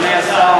אדוני השר,